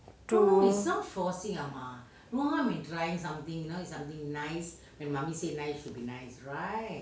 to